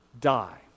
Die